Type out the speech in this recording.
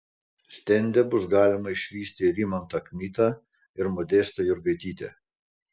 stende bus galima išvysti rimantą kmitą ir modestą jurgaitytę